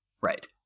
Right